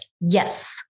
Yes